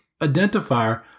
identifier